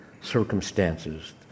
circumstances